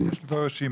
יש פה רשימה.